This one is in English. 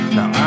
Now